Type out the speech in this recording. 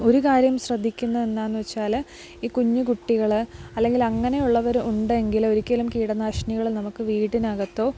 ഒരു കാര്യം ശ്രദ്ധിക്കുന്നത് എന്താണെന്നുവച്ചാല് ഈ കുഞ്ഞ് കുട്ടികള് അല്ലെങ്കില് അങ്ങനെ ഉള്ളവര് ഉണ്ട് എങ്കില് ഒരിക്കലും കീടനാശിനികള് നമുക്ക് വീട്ടിനകത്തോ